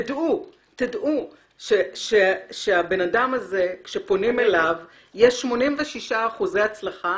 תדעו שהבן אדם הזה כשפונים אליו יש 86% הצלחה